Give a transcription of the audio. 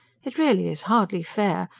it really is hardly fair.